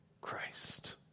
Christ